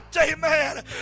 Amen